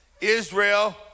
Israel